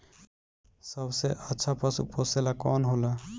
सबसे अच्छा पशु पोसेला कौन होला?